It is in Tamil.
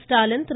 ஸ்டாலின் திரு